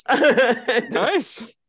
Nice